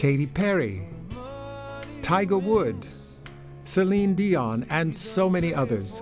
katy perry tiger woods celine dion and so many others